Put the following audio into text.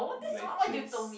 like Jazz